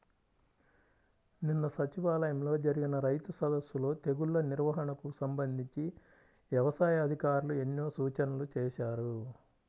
నిన్న సచివాలయంలో జరిగిన రైతు సదస్సులో తెగుల్ల నిర్వహణకు సంబంధించి యవసాయ అధికారులు ఎన్నో సూచనలు చేశారు